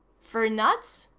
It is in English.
for nuts?